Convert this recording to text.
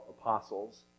apostles